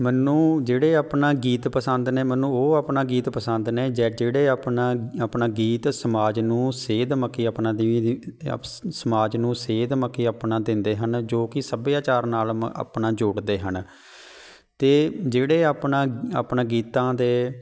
ਮੈਨੂੰ ਜਿਹੜੇ ਆਪਣਾ ਗੀਤ ਪਸੰਦ ਨੇ ਮੈਨੂੰ ਉਹ ਆਪਣਾ ਗੀਤ ਪਸੰਦ ਨੇ ਜਾਂ ਜਿਹੜੇ ਆਪਣਾ ਆਪਣਾ ਗੀਤ ਸਮਾਜ ਨੂੰ ਸੇਧ ਮਕ ਕਿ ਆਪਣਾ ਸਮਾਜ ਨੂੰ ਸੇਧ ਮਕ ਕਿ ਆਪਣਾ ਦਿੰਦੇ ਹਨ ਜੋ ਕੀ ਸੱਭਿਆਚਾਰ ਨਾਲ ਮ ਆਪਣਾ ਜੋੜਦੇ ਹਨ ਅਤੇ ਜਿਹੜੇ ਆਪਣਾ ਆਪਣਾ ਗੀਤਾਂ ਦੇ